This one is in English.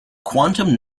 quantum